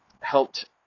helped –